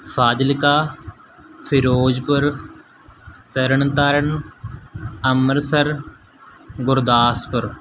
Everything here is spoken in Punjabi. ਫ਼ਾਜ਼ਿਲਕਾ ਫਿਰੋਜ਼ਪੁਰ ਤਰਨ ਤਾਰਨ ਅੰਮ੍ਰਿਤਸਰ ਗੁਰਦਾਸਪੁਰ